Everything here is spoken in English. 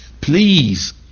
please